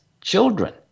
children